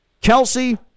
Kelsey